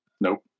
Nope